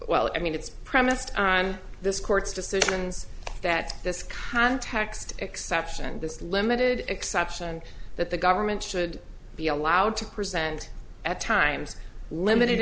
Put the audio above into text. well i mean it's premised on this court's decisions that this context exception this limited exception and that the government should be allowed to present at times limited